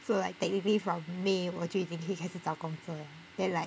so like technically from may 我就已经可以开始找工作 that like